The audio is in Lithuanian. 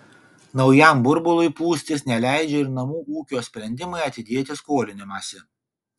naujam burbului pūstis neleidžia ir namų ūkio sprendimai atidėti skolinimąsi